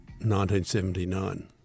1979